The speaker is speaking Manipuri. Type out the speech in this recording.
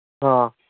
ꯑꯥ